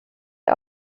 und